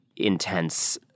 intense